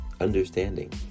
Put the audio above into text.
understanding